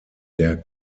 der